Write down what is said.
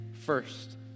First